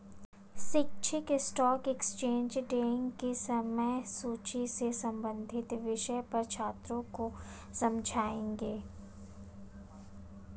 शिक्षक stock exchange trading की समय सूची से संबंधित विषय पर छात्रों को समझाएँगे